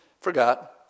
Forgot